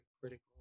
critical